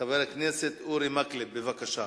חבר הכנסת אורי מקלב, בבקשה.